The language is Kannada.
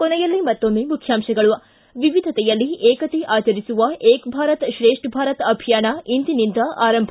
ಕೊನೆಯಲ್ಲಿ ಮತ್ತೊಮ್ಮೆ ಮುಖ್ಯಾಂಶಗಳು ಿ ವಿವಿಧತೆಯಲ್ಲಿ ಏಕತೆ ಆಚರಿಸುವ ಏಕ್ ಭಾರತ ಶ್ರೇಷ್ಠ ಭಾರತ ಅಭಿಯಾನ ಇಂದಿನಿಂದ ಆರಂಭ